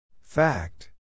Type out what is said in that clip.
Fact